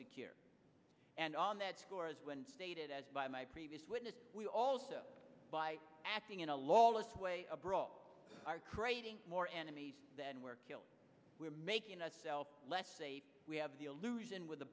secure and on that score as when stated as by my previous witness we also by acting in a lawless way abroad are creating more enemies than were killed we're making us less safe we have the illusion with the